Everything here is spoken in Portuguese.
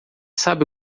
sabe